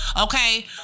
Okay